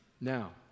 Now